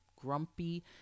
grumpy